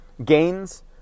Gains